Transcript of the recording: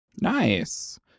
nice